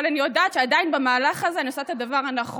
אבל אני יודעת שעדיין במהלך הזה אני עושה את הדבר הנכון,